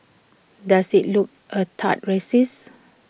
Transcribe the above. does IT look A tad racist